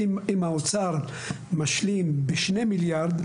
אם האוצר משלים ב-2 מיליארד,